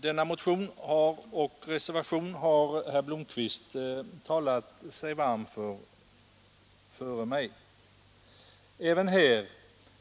Denna motion och reservation har herr Blomkvist talat sig varm för. Också här